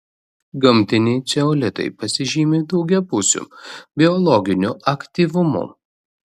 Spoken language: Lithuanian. gamtiniai ceolitai pasižymi daugiapusiu biologiniu aktyvumu